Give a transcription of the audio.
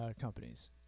companies